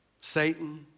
Satan